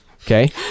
Okay